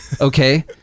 Okay